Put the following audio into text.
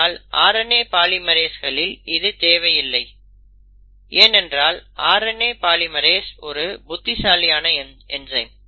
ஆனால் RNA பாலிமெரேஸ்களில் இது தேவை இல்லை ஏனென்றால் RNA பாலிமெரேஸ் ஒரு புத்திசாலியான என்சைம்